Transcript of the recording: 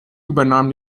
übernahm